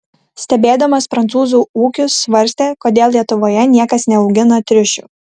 stebėdamas prancūzų ūkius svarstė kodėl lietuvoje niekas neaugina triušių